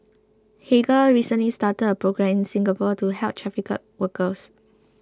Hagar recently started a programme in Singapore to help trafficked workers